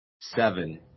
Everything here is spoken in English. seven